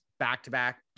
back-to-back